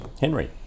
Henry